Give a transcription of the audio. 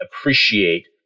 appreciate